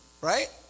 right